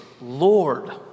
Lord